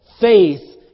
Faith